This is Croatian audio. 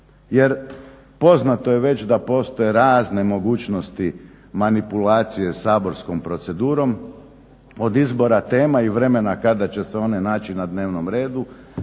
Jer poznato je već da postoje razne mogućnosti manipulacije saborskom procedurom od izbora tema i vremena kada će se one naći na dnevnom redu